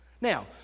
Now